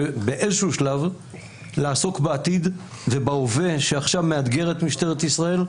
ובאיזה שלב לעסוק בעתיד ובהווה שעכשיו מאתגר את משטרת ישראל,